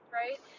right